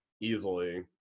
easily